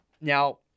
Now